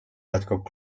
jätkub